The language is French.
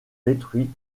détruit